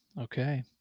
Okay